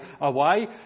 away